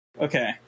okay